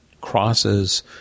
crosses